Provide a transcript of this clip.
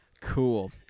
Cool